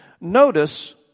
Notice